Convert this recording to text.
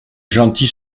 gentil